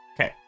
Okay